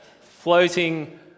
floating